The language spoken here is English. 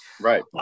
Right